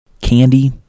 Candy